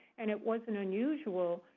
and it wasn't unusual,